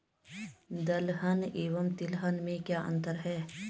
दलहन एवं तिलहन में क्या अंतर है?